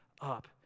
up